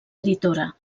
editora